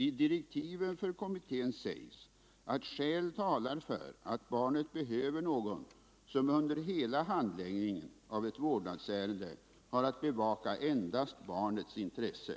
I direktiven för kommittén sägs, att skäl talar för att barnet behöver någon som under hela handläggningen av ett vårdnadsärende har att bevaka endast barnets intresse.